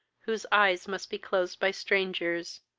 whose eyes must be closed by strangers,